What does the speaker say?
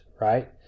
right